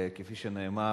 כפי שנאמר,